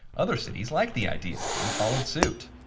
other cities liked the idea and followed suit.